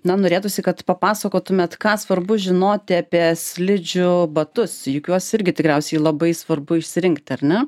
na norėtųsi kad papasakotumėt ką svarbu žinoti apie slidžių batus juk juos irgi tikriausiai labai svarbu išsirinkti ar ne